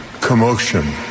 commotion